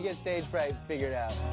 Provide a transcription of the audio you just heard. yeah stage fright, figure it out.